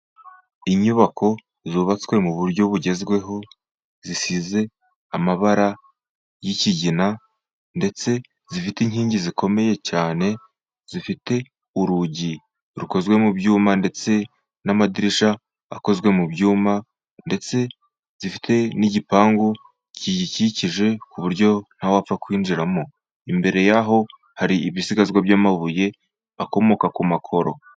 Inyubako zubatswe mu buryo bugezweho zisize amabara y'ikigina, ndetse zifite inkingi zikomeye cyane. Zifite urugi rukozwe mu byuma, ndetse n'amadirishya akozwe mu byuma, ndetse zifite n'igipangu kiyikikije ku buryo ntawapfa kwinjiramo. Imbere y'aho hari ibisigazwa by'amabuye akomoka ku makoro.